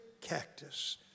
cactus